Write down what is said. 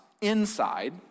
inside